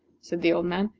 said the old man,